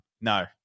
No